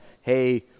hey